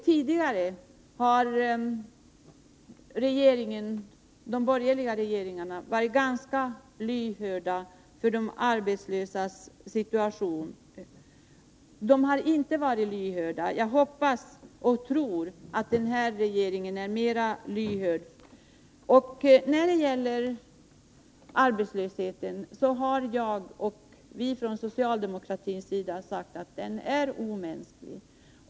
Tidigare har de borgerliga regeringarna inte varit särskilt lyhörda för de arbetslösas situation. Jag hoppas och tror att den här regeringen är mer lyhörd. När det gäller arbetslösheten har vi från socialdemokratisk sida sagt att den är omänsklig.